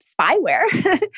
spyware